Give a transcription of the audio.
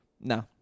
No